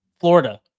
Florida